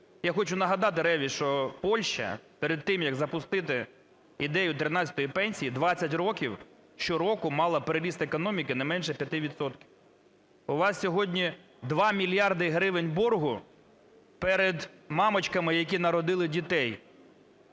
Я хочу нагадати Реві, що Польща перед тим, як запустити ідею тринадцятої пенсії, 20 років щороку мала приріст економіки не менше 5 відсотків. У вас сьогодні 2 мільярди гривень боргу перед мамочками, які народили дітей,